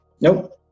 nope